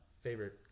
favorite